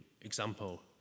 example